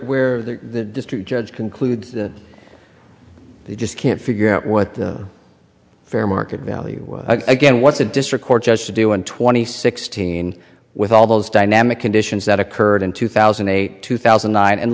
where the district judge concludes they just can't figure out what the fair market value again what's a district court judge to do and twenty sixteen with all those dynamic conditions that occurred in two thousand and eight two thousand and nine and